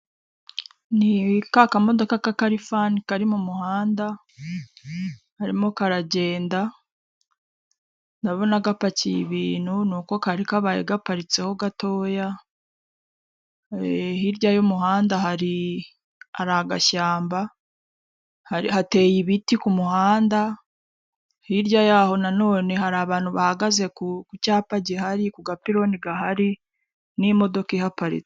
Ni ka kamodoka k'akarifani kari mu muhanda, karimo karagenda, ndabona gapakiye ibintu, ni uko kari kabaye gaparitse ho gatoya, hirya y'umuhanda hari agashyamba, hateye ibiti ku muhanda, hirya y'aho nanone hari abantu bahagaze ku cyapa gihari, ku gapiloni gahari, n'imodoka ihaparitse.